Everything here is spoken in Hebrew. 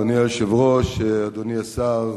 אדוני היושב-ראש, אדוני השר,